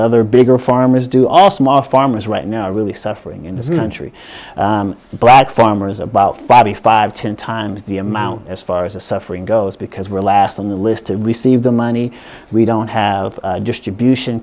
other bigger farmers do all smart farmers right now are really suffering in this country black farmers about fabby five ten times the amount as far as the suffering goes because we're last on the list to receive the money we don't have distribution